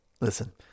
Listen